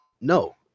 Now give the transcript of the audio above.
no